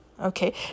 Okay